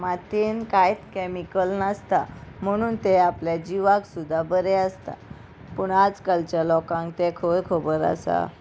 मातयेन कांयत कॅमिकल नासता म्हणून तें आपल्या जिवाक सुद्दां बरें आसता पूण आजकालच्या लोकांक तें खंय खबर आसा